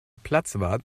platzwart